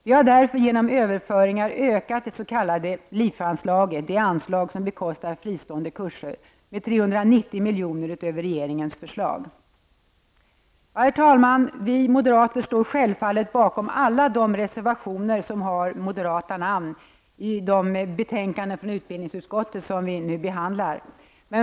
Vi har därför genom överföringar ökat det s.k. LIF-anslaget, det anslag som bekostar fristående kurser, med 390 Herr talman! Vi moderater står självfallet bakom alla reservationer från moderata företrädare i de betänkanden från utbildningsutskottet som vi nu behandlar.